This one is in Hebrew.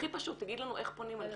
הכי פשוט, תגיד לנו איך פונים אליכם.